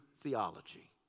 theology